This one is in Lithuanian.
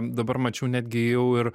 dabar mačiau netgi ėjau ir